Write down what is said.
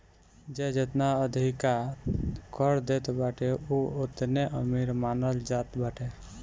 जे जेतना अधिका कर देत बाटे उ ओतने अमीर मानल जात बाटे